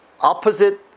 opposite